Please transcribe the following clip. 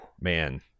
Man